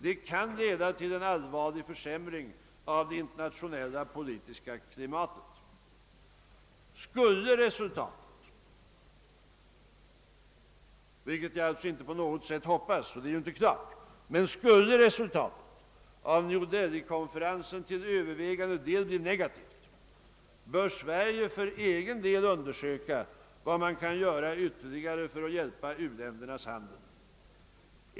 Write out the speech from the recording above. Det kan leda till en allvarlig försämring i det internationella politiska klimatet. Skulle resultatet, vilket jag alltså inte på något sätt hoppas, av New Delhi-konferensen till övervägande del bli negativt bör Sverige för egen del undersöka vad man kan göra ytterligare för att stödja u-ländernas handel.